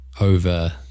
over